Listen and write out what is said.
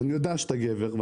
ואני יודע שאתה גבר,